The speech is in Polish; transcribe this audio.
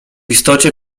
istocie